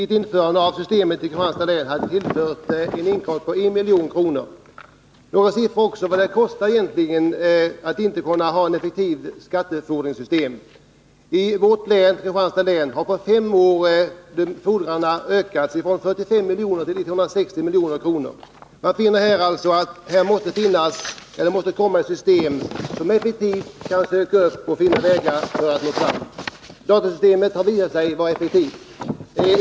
Ett införande av systemet i Kristianstads län skulle ge en årlig vinst på 1 milj.kr. Jag vill också ange ett par siffror som visar vad det kostar att inte ha ett effektivt system för indrivning av skattefordringar. I Kristianstads län har på fem år de utestående skattefordringarna ökat från 45 milj.kr. till 160 milj.kr. Här behövs det alltså ett system för att effektivt kunna driva in dessa fordringar. Datorsystemet har visat sig vara effektivt.